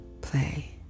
play